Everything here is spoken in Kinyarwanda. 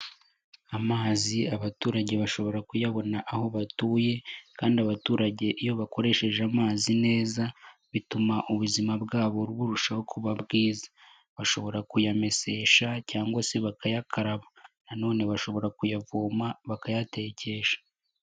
Amazi abaturage bashobora kuyabona aho batuye kandi abaturage iyo bakoresheje amazi neza bituma ubuzima bwabo burushaho kuba bwiza, bashobora kuyamesesha cyangwa se bakayakaraba, nanone bashobora kuyavoma bakayatekesha.